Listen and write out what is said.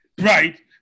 Right